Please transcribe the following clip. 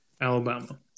Alabama